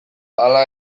hala